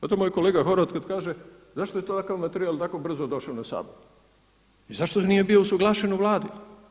Zato moj kolega Horvat kada kaže zašto je takav materijal tako brzo došao na Sabor i zašto nije bio usuglašen u Vladi.